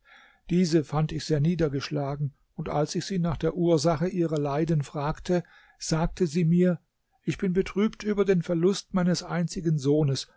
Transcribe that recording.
diese fand ich sehr niedergeschlagen und als ich sie nach der ursache ihrer leiden fragte sagte sie mir ich bin betrübt über den verlust meines einzigen sohnes